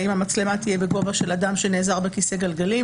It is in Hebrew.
האם המצלמה תהיה בגובה של אדם שנעזר בכיסא גלגלים,